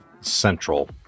central